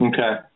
Okay